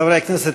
חברי הכנסת,